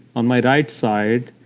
on my right side,